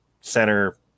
center